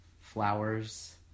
flowers